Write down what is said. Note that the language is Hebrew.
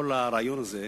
כל הרעיון הזה,